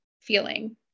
feeling